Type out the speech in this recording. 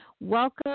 Welcome